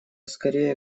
скорее